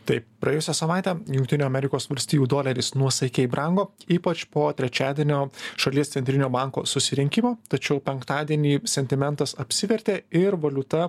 taip praėjusią savaitę jungtinių amerikos valstijų doleris nuosaikiai brango ypač po trečiadienio šalies centrinio banko susirinkimo tačiau penktadienį sentimentas apsivertė ir valiuta